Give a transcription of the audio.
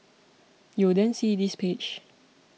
you'll then see this page